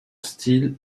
style